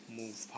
move